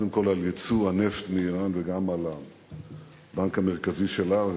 קודם כול על יצוא הנפט מאירן וגם על הבנק המרכזי שלה.